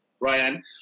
Ryan